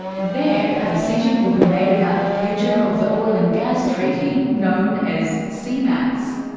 there, a decision will be made about the future of the oil and gas treaty known as cmats.